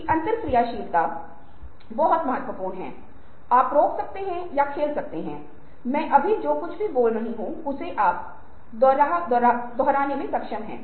फिर से आप चरण 1 से चरण 7 तक शुरू करे जो यहां दिखाए गए है